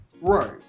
Right